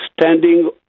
standing